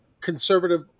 conservative